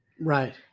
Right